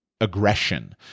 aggression